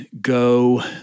go